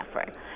effort